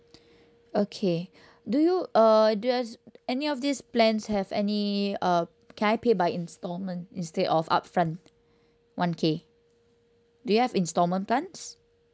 okay do you err does any of these plans have any uh can I pay by instalment instead of upfront one K do you have instalment plans